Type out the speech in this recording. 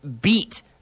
beat